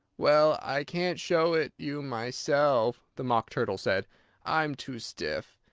well, i can't show it you myself, the mock turtle said i'm too stiff.